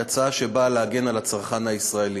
היא הצעה שנועדה להגן על הצרכן הישראלי.